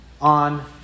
on